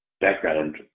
background